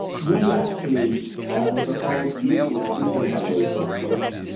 we actually proposed using a different valuation approach,